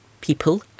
people